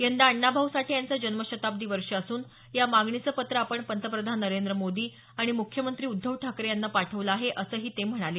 यंदा अण्णाभाऊ साठे यांचं जन्मशताब्दी वर्ष असून या मागणीचं पत्र आपण पंतप्रधान नरेंद्र मोदी आणि मुख्यमंत्री उद्धव ठाकरे यांना पाठवलं आहे असंही ते म्हणाले